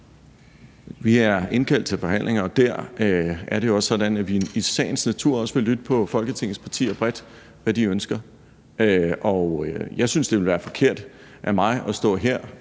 Vi har indkaldt til forhandlinger, og der er det jo også sådan, at vi i sagens natur også vil lytte til, hvad Folketingets partier bredt ønsker. Jeg synes, det ville være forkert af mig at stå her